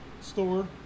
store